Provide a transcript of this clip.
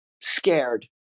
scared